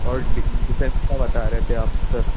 اور ڈیفینس کا بتا رہے تھے آپ سر